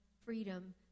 freedom